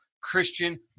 Christian